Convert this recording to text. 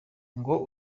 ngo